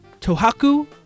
Tohaku